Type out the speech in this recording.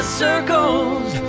circles